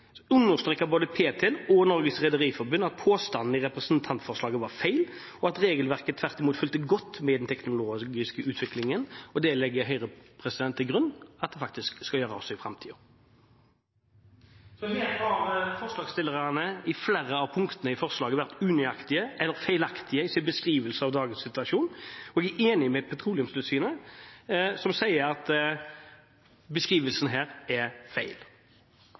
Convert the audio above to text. både Ptil og Norges Rederiforbund at påstander i representantforslaget var feil, og at regelverket tvert imot fulgte godt med i den teknologiske utviklingen, og det legger Høyre til grunn at det faktisk også skal gjøre i framtiden. Så her har forslagsstillerne i flere av punktene i forslaget vært unøyaktige eller feilaktige i sin beskrivelse av dagens situasjon, og vi er enig med Petroleumstilsynet som sier at beskrivelsen her er feil.